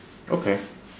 okay